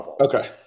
Okay